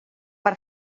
per